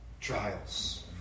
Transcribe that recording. trials